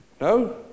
No